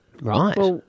Right